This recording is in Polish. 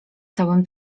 całym